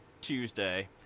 Tuesday